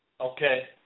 Okay